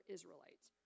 Israelites